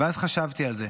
ואז חשבתי על זה,